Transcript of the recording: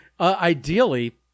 Ideally